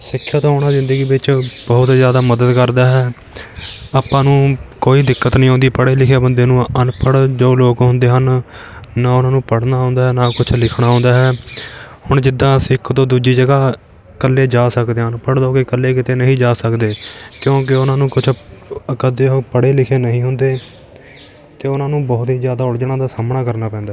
ਸਿੱਖਿਅਤ ਹੋਣਾ ਜ਼ਿੰਦਗੀ ਵਿੱਚ ਬਹੁਤ ਹੀ ਜ਼ਿਆਦਾ ਮਦਦ ਕਰਦਾ ਹੈ ਆਪਾਂ ਨੂੰ ਕੋਈ ਦਿੱਕਤ ਨਹੀਂ ਆਉਂਦੀ ਪੜ੍ਹੇ ਲਿਖੇ ਬੰਦੇ ਨੂੰ ਅਨਪੜ੍ਹ ਜੋ ਲੋਕ ਹੁੰਦੇ ਹਨ ਨਾ ਉਹਨਾਂ ਨੂੰ ਪੜ੍ਹਨਾ ਆਉਂਦਾ ਨਾ ਕੁਛ ਲਿਖਣਾ ਆਉਂਦਾ ਹੈ ਹੁਣ ਜਿੱਦਾਂ ਅਸੀਂ ਇੱਕ ਤੋਂ ਦੂਜੀ ਜਗ੍ਹਾ ਇਕੱਲੇ ਜਾ ਸਕਦੇ ਹਾਂ ਅਨਪੜ੍ਹ ਲੋਕ ਇਕੱਲੇ ਕਿਤੇ ਨਹੀਂ ਜਾ ਸਕਦੇ ਕਿਉਂਕਿ ਉਹਨਾਂ ਨੂੰ ਕੁਛ ਇੱਕ ਤਾਂ ਉਹ ਪੜ੍ਹੇ ਲਿਖੇ ਨਹੀਂ ਹੁੰਦੇ ਅਤੇ ਉਹਨਾਂ ਨੂੰ ਬਹੁਤ ਹੀ ਜ਼ਿਆਦਾ ਉਲਝਣਾਂ ਦਾ ਸਾਹਮਣਾ ਕਰਨਾ ਪੈਂਦਾ